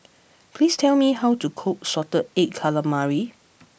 please tell me how to cook Salted Egg Calamari